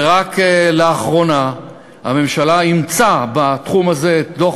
ורק לאחרונה הממשלה אימצה בתחום הזה את דוח